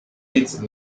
its